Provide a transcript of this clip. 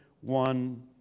one